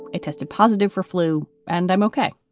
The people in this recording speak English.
it tested positive for flu and i'm ok.